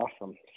awesome